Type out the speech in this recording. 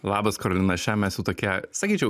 labas karolina šiandien mes jau tokie sakyčiau